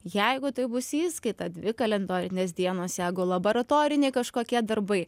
jeigu tai bus įskaita dvi kalendorinės dienos jeigu laboratoriniai kažkokie darbai